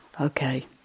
Okay